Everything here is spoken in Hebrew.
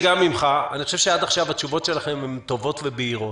אני חושב שעד עכשיו התשובות שלכם הן טובות ובהירות.